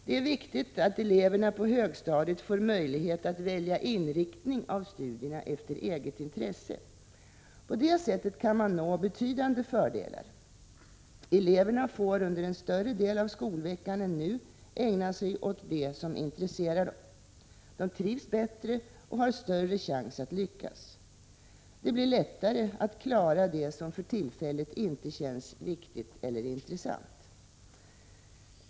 Det är viktigt att eleverna på högstadiet får möjligheter att välja inriktning av studierna efter eget intresse. På det sättet kan man nå betydande fördelar. Eleverna får under en större del av skolveckan än nu ägna sig åt det som intresserar dem. De trivs bättre och har större chans att lyckas. Det blir lättare att klara det som för tillfället inte känns viktigt eller intressant.